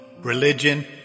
religion